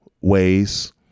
ways